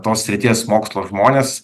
tos srities mokslo žmones